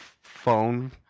phone